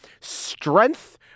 strength